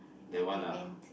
that one ah